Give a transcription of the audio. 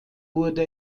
wurde